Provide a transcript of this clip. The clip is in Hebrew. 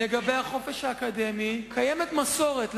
לגבי החופש האקדמי קיימת מסורת,